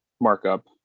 markup